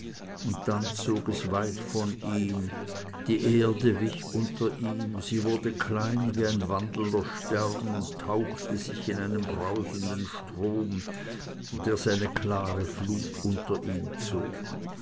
und dann zog es weit von ihm die erde wich unter ihm sie wurde klein wie ein wandelnder stern und tauchte sich in einen brausenden strom der seine klare flut unter ihm zog